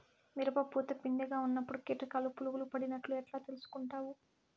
మిరప పూత పిందె గా ఉన్నప్పుడు కీటకాలు పులుగులు పడినట్లు ఎట్లా తెలుసుకుంటావు?